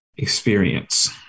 experience